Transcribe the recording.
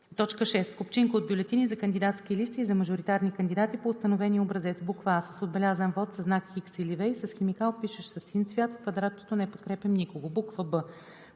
6. купчинка от бюлетини за кандидатски листи и за мажоритарни кандидати по установения образец: а) с отбелязан вот със знак „Х“ или „V“ и с химикал, пишещ със син цвят, в квадратчето „Не подкрепям никого“; б)